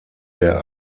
der